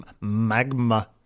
magma